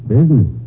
Business